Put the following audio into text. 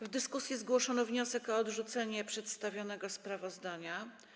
W dyskusji zgłoszono wniosek o odrzucenie przedstawionego sprawozdania.